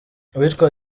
uwitwa